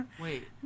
Wait